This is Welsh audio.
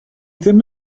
ddim